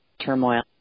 turmoil